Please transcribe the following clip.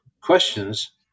questions